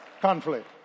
Conflict